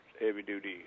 heavy-duty